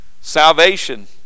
salvation